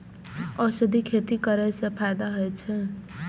औषधि खेती करे स फायदा होय अछि?